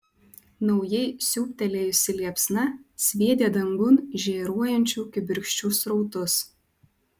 naujai siūbtelėjusi liepsna sviedė dangun žėruojančių kibirkščių srautus